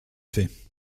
fait